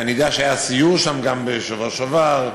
אני יודע שהיה סיור שם גם בשבוע שעבר,